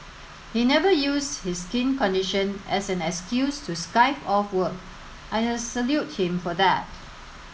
he never used his skin condition as an excuse to skive off work and I salute him for that